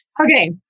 Okay